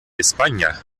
españa